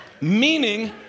meaning